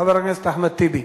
חבר הכנסת אחמד טיבי.